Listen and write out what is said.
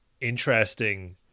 interesting